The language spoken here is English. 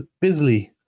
busily